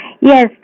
Yes